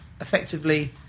effectively